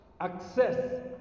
access